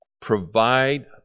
Provide